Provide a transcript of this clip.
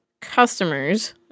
customers